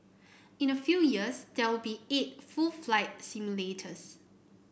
in a few years there will be eight full flight simulators